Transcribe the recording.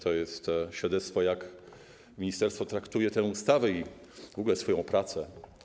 To jest świadectwo tego, jak ministerstwo traktuje tę ustawę i w ogóle swoją pracę.